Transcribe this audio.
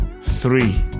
three